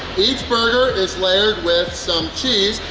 each burger is layered with some cheese,